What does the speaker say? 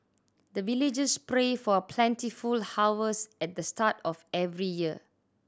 the villagers pray for plentiful harvest at the start of every year